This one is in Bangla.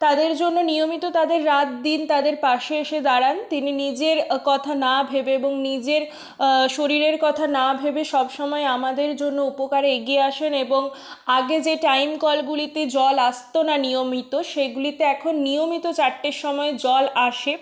তাদের জন্য নিয়মিত তাদের রাত দিন তাদের পাশে এসে দাঁড়ান তিনি নিজের কথা না ভেবে এবং নিজের শরীরের কথা না ভেবে সবসময় আমাদের জন্য উপকারে এগিয়ে আসেন এবং আগে যে টাইম কলগুলিতে জল আসত না নিয়মিত সেগুলিতে এখন নিয়মিত চারটের সময়ে জল আসে